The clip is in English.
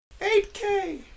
8K